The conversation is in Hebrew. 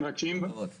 כן רק שאם וועדת